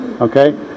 okay